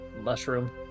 mushroom